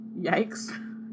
Yikes